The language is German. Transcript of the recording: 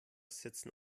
sitzen